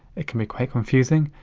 it can be quite confusing,